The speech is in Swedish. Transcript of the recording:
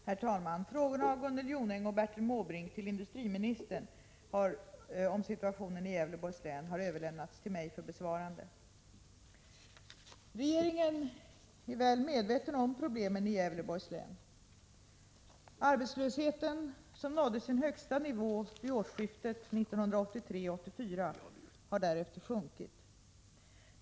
Herr talman! Frågor av Gunnel Jonäng och Bertil Måbrink till industriministern om situationen i Gävleborgs län har överlämnats till mig för besvarande. Regeringen är väl medveten om problemen i Gävleborgs län. Arbetslösheten som nådde sin högsta nivå vid årsskiftet 1983-1984 har därefter sjunkit.